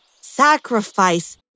Sacrifice